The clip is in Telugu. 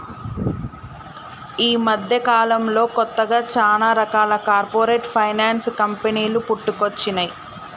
యీ మద్దెకాలంలో కొత్తగా చానా రకాల కార్పొరేట్ ఫైనాన్స్ కంపెనీలు పుట్టుకొచ్చినై